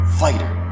fighter